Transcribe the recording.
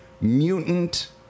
mutant